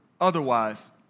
Otherwise